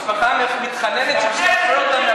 המשפחה מתחננת שישחררו אותו,